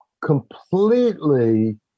completely